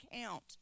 count